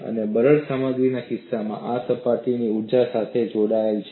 અને બરડ સામગ્રીના કિસ્સામાં આર સપાટીની ઊર્જા સાથે જોડાયેલ છે